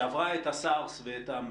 שעברה את ה-SARS ואת ה-MERS,